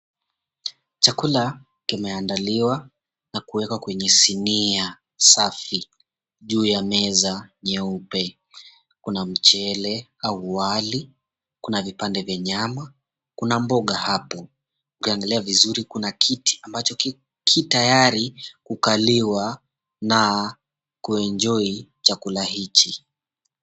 Chakula kimeandaliwa na kuwekwa kwenye sinia safi, juu ya meza nyeupe kuna mchele au wali, kuna vipande vya 𝑛𝑦𝑎𝑚𝑎, kuna mboga hapo ukiangalia vizuri kuna kiti ambacho kitayari kukaliwa na kuenjoy chakula hichi.